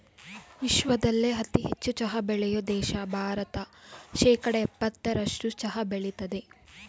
ವಿಶ್ವದಲ್ಲೇ ಅತಿ ಹೆಚ್ಚು ಚಹಾ ಬೆಳೆಯೋ ದೇಶ ಭಾರತ ಶೇಕಡಾ ಯಪ್ಪತ್ತರಸ್ಟು ಚಹಾ ಬೆಳಿತದೆ